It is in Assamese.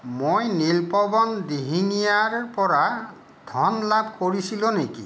মই নীলপৱন দিহিঙীয়াৰ পৰা ধন লাভ কৰিছিলোঁ নেকি